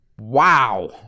wow